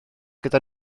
gyda